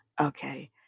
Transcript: okay